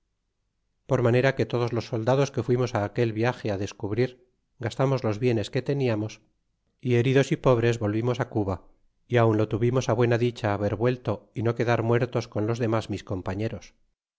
por manera que todos los soldados que fuimos aquel yiage descubrir gastamos los bienes que teníamos y heridos y pobres volvimos cuba y aun lo tuvimos buena dicha haber vuelto y no quedar muertos con los domas mis compañeros